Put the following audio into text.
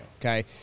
Okay